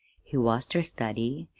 he was ter study,